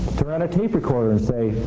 turn on a tape recorder and say,